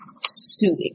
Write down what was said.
soothing